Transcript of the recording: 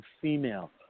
female